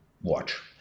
watch